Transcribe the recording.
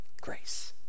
grace